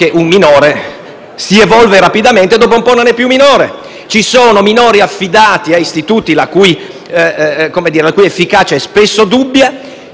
un minore si evolve rapidamente e dopo un po' non è più minore. Ci sono minori affidati a istituti la cui efficacia è spesso dubbia,